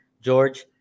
George